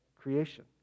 creation